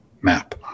MAP